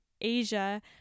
Asia